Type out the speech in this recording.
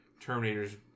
Terminators